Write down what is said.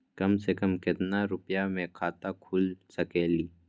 कम से कम केतना रुपया में खाता खुल सकेली?